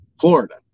Florida